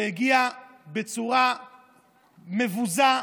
שהגיע בצורה מבוזה,